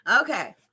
okay